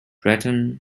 breton